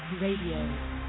Radio